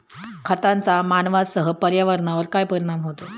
खतांचा मानवांसह पर्यावरणावर काय परिणाम होतो?